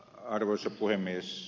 arvoisa puhemies